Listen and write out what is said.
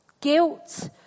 guilt